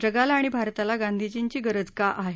जगाला आणि भारताला गांधीजींची गरज का आहे